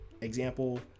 Example